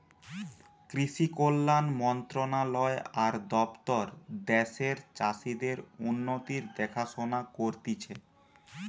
কৃষি কল্যাণ মন্ত্রণালয় আর দপ্তর দ্যাশের চাষীদের উন্নতির দেখাশোনা করতিছে